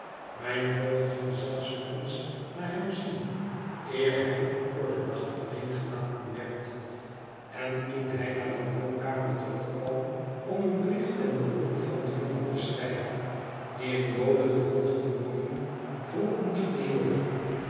mijn voogd ging zelfs nog eens naar hem zien eer hij voor den nacht alleen gelaten werd en toen hij naar de bromkamer terugkwam om een brief ten behoeve van den jongen te schrijven dien een bode den volgenden morgen vroeg moest bezorgen